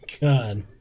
God